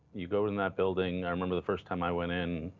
you go in that building. i remember the first time i went in,